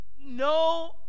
No